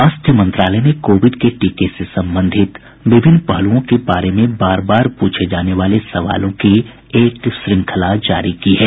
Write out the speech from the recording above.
स्वास्थ्य मंत्रालय ने कोविड के टीके से संबंधित विभिन्न पहलुओं के बारे में बार बार पूछे जाने वाले सवालों की एक श्रंखला जारी की है